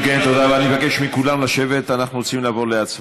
זה נראה שאתה עושה